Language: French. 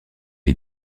est